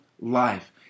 life